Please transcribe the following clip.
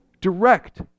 Direct